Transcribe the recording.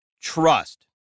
trust